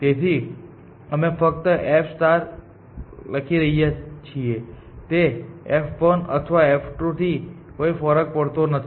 તેથી અમે ફક્ત f લખી રહ્યા છીએ તે f1 અથવા f2 થી કોઈ ફરક પડતો નથી